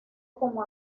como